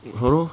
!hannor!